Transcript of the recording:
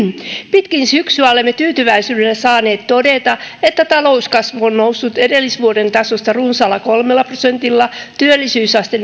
pitkin syksyä olemme tyytyväisyydellä saaneet todeta että talouskasvu on noussut edellisvuoden tasosta runsaalla kolmella prosentilla työllisyysaste